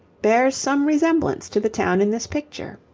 bears some resemblance to the town in this picture.